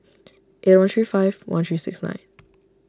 eight one three five one three six nine